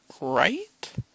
Right